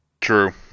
True